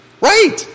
Right